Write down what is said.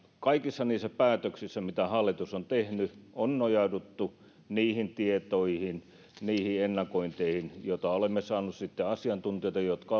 kaikissa niissä päätöksissä mitä hallitus on tehnyt on nojauduttu niihin tietoihin niihin ennakointeihin joita olemme saaneet asiantuntijoilta jotka